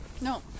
no